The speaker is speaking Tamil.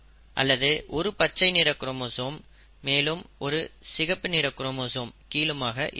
அல்லது ஒரு பச்சை நிற குரோமோசோம் மேலும் ஒரு சிகப்பு நிற குரோமோசோம் கீழுமாக இருக்கலாம்